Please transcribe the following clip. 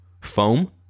foam